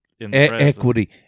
Equity